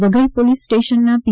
Waghai police સ્ટેશનના પી